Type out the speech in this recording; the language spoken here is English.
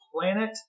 planet